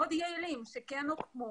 המאוד יעילים, שכן הוקמו.